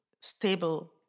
stable